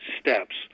steps